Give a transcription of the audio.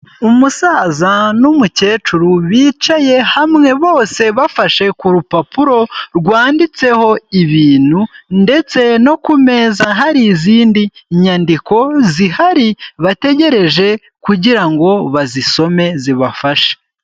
Umusaza n'umukecuru bicaye hamwe, bose bafashe ku rupapuro rwanditseho ibintu ndetse no ku meza hari izindi nyandiko zihari, bategereje kugira ngo bazisome, zibafashe.